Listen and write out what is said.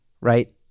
right